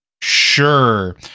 Sure